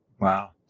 Wow